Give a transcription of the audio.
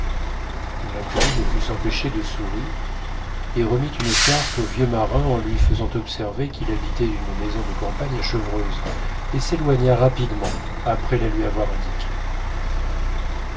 l'inconnu ne put s'empêcher de sourire et remit une carte au vieux marin en lui faisant observer qu'il habitait une maison de campagne à chevreuse et s'éloigna rapidement après la lui avoir indiquée